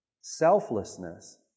Selflessness